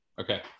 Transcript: Okay